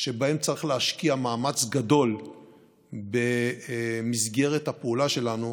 שבהם צריך להשקיע מאמץ גדול במסגרת הפעולה שלנו,